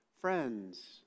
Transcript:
friends